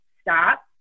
stop